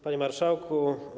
Panie Marszałku!